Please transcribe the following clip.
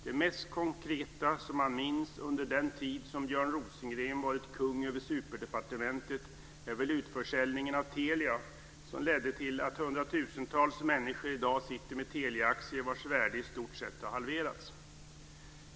Det mest konkreta som man minns från den tid som Björn Rosengren varit kung över superdepartementet är väl utförsäljningen av Telia, som ledde till att hundratusentals människor i dag sitter med Teliaaktier vars värde i stort sett har halverats.